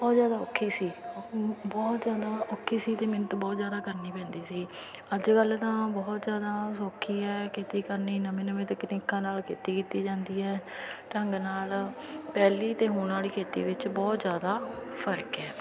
ਬਹੁਤ ਜ਼ਿਆਦਾ ਔਖੀ ਸੀ ਬਹੁਤ ਜ਼ਿਆਦਾ ਔਖੀ ਸੀ ਅਤੇ ਮਿਹਨਤ ਬਹੁਤ ਜ਼ਿਆਦਾ ਕਰਨੀ ਪੈਂਦੀ ਸੀ ਅੱਜ ਕੱਲ੍ਹ ਤਾਂ ਬਹੁਤ ਜ਼ਿਆਦਾ ਸੌਖੀ ਹੈ ਖੇਤੀ ਕਰਨੀ ਨਵੇਂ ਨਵੇਂ ਤਕਨੀਕਾਂ ਨਾਲ ਖੇਤੀ ਕੀਤੀ ਜਾਂਦੀ ਹੈ ਢੰਗ ਨਾਲ ਪਹਿਲੀ ਅਤੇ ਹੁਣ ਵਾਲੀ ਖੇਤੀ ਵਿੱਚ ਬਹੁਤ ਜ਼ਿਆਦਾ ਫਰਕ ਹੈ